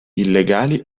illegali